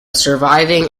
surviving